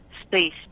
space